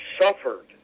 suffered